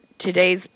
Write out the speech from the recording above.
today's